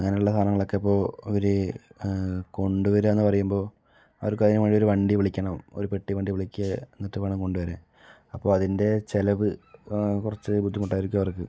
അങ്ങനെ ഉള്ള സാധനങ്ങൾ ഒക്കെ ഇപ്പോൾ ഒര് കൊണ്ടു വരിക എന്ന് പറയുമ്പോൾ അവർക്ക് അതിന് വേണ്ടി ഒരു വണ്ടി വിളിക്കണം ഒരു പെട്ടി വണ്ടി വിളിക്കുക എന്നിട്ട് വേണം കൊണ്ട് വരാൻ അപ്പോൾ അതിൻ്റെ ചിലവ് കുറച്ച് ബുദ്ധിമുട്ടായിരിക്കും അവർക്ക്